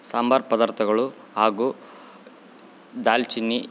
ಸಾಂಬಾರ್ ಪದಾರ್ಥಗಳು ಹಾಗು ದಾಲ್ಚಿನ್ನಿ